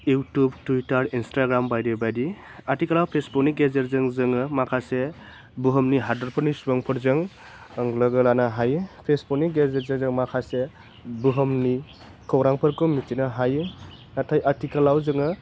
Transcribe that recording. YouTube Twitter Instagram बायदि बायदि आथिखालाव फेसबुकनि गेजेरजों जोङो माखासे बुहुमनि हादोरफोरनि सुबुंफोरजों लोगो लानो हायो फेसबुकनि गेजेरजों जोङो माखासे बुहुमनि खौरांफोरखौ मिथिनो हायो नाथाय आथिखालाव जोङो